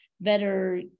better